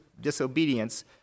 disobedience